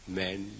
men